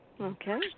Okay